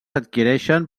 adquireixen